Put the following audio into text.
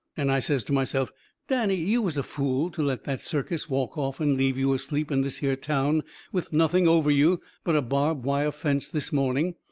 and i says to myself danny, you was a fool to let that circus walk off and leave you asleep in this here town with nothing over you but a barbed wire fence this morning.